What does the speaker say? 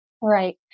Right